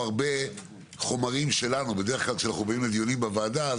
יכולים לסבול כול כך הרבה שנים בצורה בלתי סבירה.